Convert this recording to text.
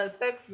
sex